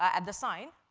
and the sign,